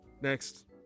Next